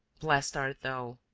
blessed art thou!